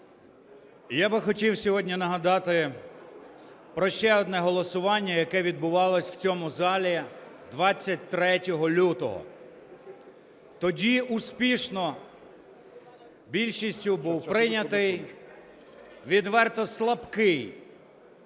Я би хотів сьогодні нагадати про ще одне голосування, яке відбувалося в цьому залі 23 лютого. Тоді успішно більшістю був прийнятий відверто слабкий